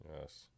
Yes